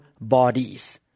bodies